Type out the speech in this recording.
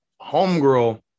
Homegirl